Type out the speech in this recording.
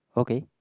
okay